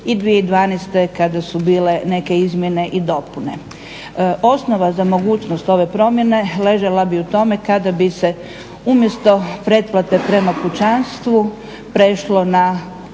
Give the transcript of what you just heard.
i 2012. kada su bile neke izmjene i dopune. Osnova za mogućnost ove promjene ležala bi u tome kada bi se umjesto pretplate prema kućanstvu prešlo na